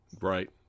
Right